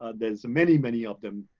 ah there's many, many of them.